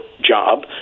job